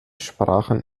sprachen